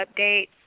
updates